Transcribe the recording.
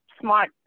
smart